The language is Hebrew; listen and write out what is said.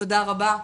תודה רבה,